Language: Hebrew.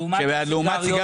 לעומת זאת,